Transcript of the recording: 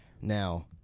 now